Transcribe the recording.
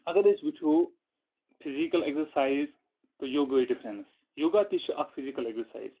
اَگر أسۍ وُچھو فزکل اٮ۪کزرسایز تہٕ یوگاہٕچ ڈِفرنٛس یوگا تہِ چھِ اکھ فِزِکل اٮ۪کزرسایز